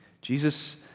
Jesus